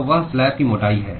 तो वह स्लैब की मोटाई है